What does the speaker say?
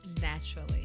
naturally